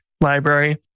library